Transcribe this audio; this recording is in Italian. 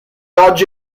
oggi